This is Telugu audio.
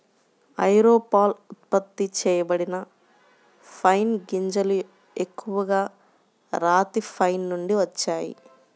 ఐరోపాలో ఉత్పత్తి చేయబడిన పైన్ గింజలు ఎక్కువగా రాతి పైన్ నుండి వచ్చాయి